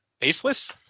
Baseless